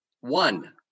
one